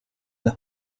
las